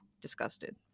disgusted